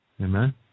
Amen